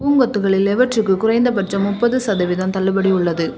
பூங்கொத்துகளில் எவற்றுக்கு குறைந்தபட்சம் முப்பது சதவீதம் தள்ளுபடி உள்ளது